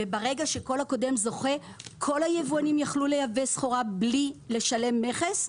ברגע שכל הקודם זוכה כל היבואנים יכלו לייבא סחורה בלי לשלם מכס,